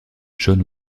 john